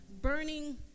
burning